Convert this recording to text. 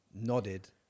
nodded